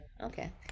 Okay